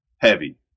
heavy